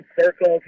circles